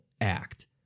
Act